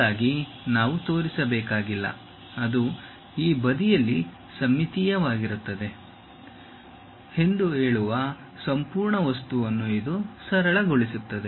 ಇದಕ್ಕಾಗಿ ನಾವು ತೋರಿಸಬೇಕಾಗಿಲ್ಲ ಅದು ಈ ಬದಿಯಲ್ಲಿ ಸಮ್ಮಿತೀಯವಾಗಿರುತ್ತದೆ ಎಂದು ಹೇಳುವ ಸಂಪೂರ್ಣ ವಸ್ತುವನ್ನು ಇದು ಸರಳಗೊಳಿಸುತ್ತದೆ